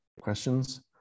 questions